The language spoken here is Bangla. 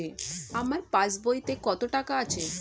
আমার পাস বইতে কত টাকা আছে?